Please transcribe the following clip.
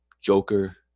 Joker